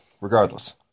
regardless